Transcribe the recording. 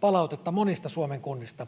palautetta monista Suomen kunnista.